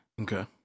Okay